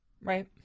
Right